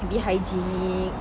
be hygienic